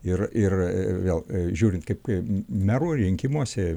ir ir vėl žiūrint kaip merų rinkimuose